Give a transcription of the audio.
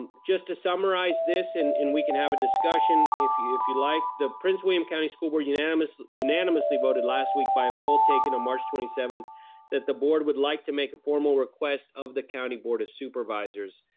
um just to summarize this, and and we can have a discussion, if you if you like the prince william county school board unanimously unanimously voted last week by a poll taken on march twenty seventh that the board would like to make a formal request of the county board of supervisors.